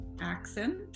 accent